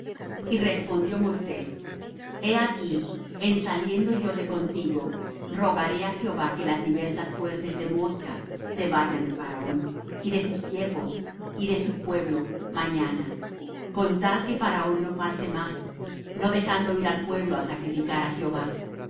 y respondió moisés he aquí en saliendo yo de contigo rogaré á jehová que las diversas suertes de moscas se vayan de faraón y de sus siervos y de su pueblo mañana con tal que faraón no falte más no dejando ir al pueblo á sacrificar á jehová